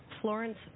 Florence